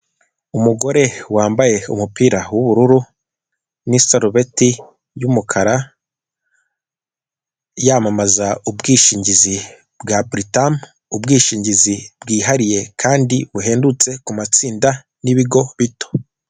Umugore wambaye umupira w'ubururu n'isorobeti y'umukara yamamaza ubwishingizi bwa buritamu, ubwishingizi bwihariye kandi buhendutse ku matsinda n'ibigo bito.